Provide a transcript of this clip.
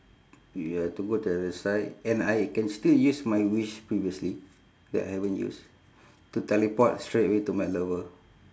ya to go to the other side and I can still use my wish previously that I haven't use to teleport straight away to my lover